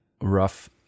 rough